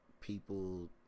people